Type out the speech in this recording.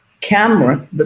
camera